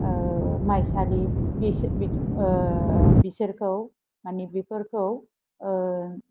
माइसालि बिसोरखौ मानि बेफोरखौ